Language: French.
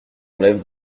enlève